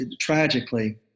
tragically